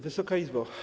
Wysoka Izbo!